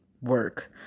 work